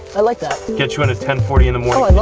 i like that. gets you in at ten forty in the morning.